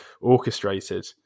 orchestrated